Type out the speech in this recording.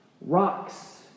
rocks